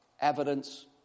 evidence